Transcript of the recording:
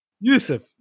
Yusuf